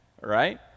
Right